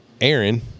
Aaron